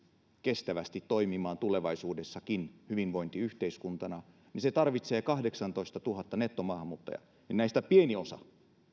kestävästi toimimaan tulevaisuudessakin hyvinvointiyhteiskuntana kahdeksantoistatuhatta nettomaahanmuuttajaa ja näistä siis pieni osa